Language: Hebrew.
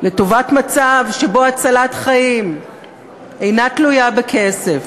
לטובת מצב שבו הצלת חיים אינה תלויה בכסף,